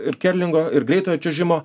ir kerlingo ir greitojo čiuožimo